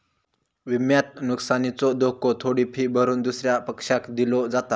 विम्यात नुकसानीचो धोको थोडी फी भरून दुसऱ्या पक्षाक दिलो जाता